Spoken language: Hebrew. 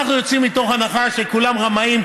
אנחנו יוצאים מתוך הנחה שכולם רמאים,